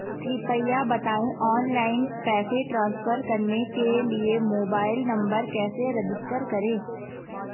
कृपया बताएं ऑनलाइन पैसे ट्रांसफर करने के लिए मोबाइल नंबर कैसे रजिस्टर करें?